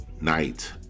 night